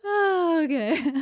Okay